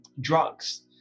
drugs